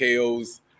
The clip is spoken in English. KOs